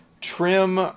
trim